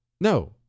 no